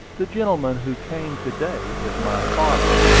the gentleman who came to-day is my father,